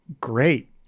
great